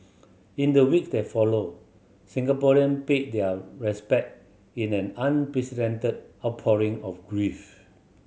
in the week that followed Singaporean paid their respect in an unprecedented outpouring of grief